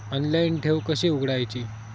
Online ठेव कशी उघडायची?